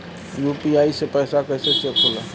UPI से पैसा कैसे चेक होला?